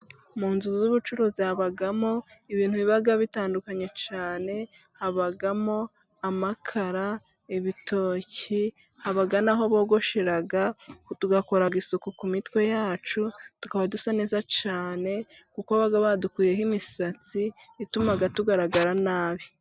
Mu nzu z'ubucuruzi habamo ibintu biba bitandukanye cyane, habamo amakara, ibitoki, abagana aho bogoshera tugakora isuku ku mitwe yacu, tukaba dusa neza cyane kuko baba badukuyeho imisatsi ituma tugaragara nabi.